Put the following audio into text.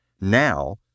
now